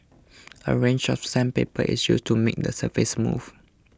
a range of sandpaper is used to make the surface smooth